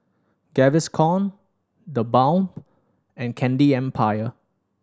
Gaviscon The Balm and Candy Empire